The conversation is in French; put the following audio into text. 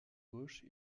gauche